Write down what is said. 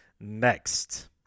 next